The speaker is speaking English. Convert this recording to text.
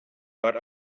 but